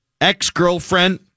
ex-girlfriend